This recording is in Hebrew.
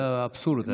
זה האבסורד.